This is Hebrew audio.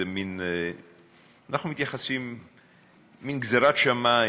אנחנו מתייחסים לזה כמין גזרה משמיים,